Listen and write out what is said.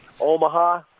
Omaha